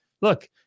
look